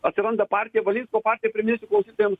atsiranda partija valinsko partija priminsiu klausytojams